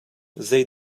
zei